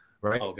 right